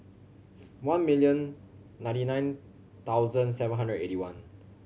one million ninety nine thousand seven hundred eighty one